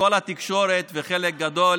כשכל התקשורת וחלק גדול